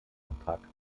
antrag